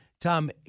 Tom